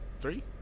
three